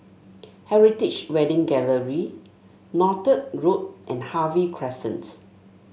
Heritage Wedding Gallery Northolt Road and Harvey Crescent